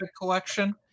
collection